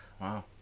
Wow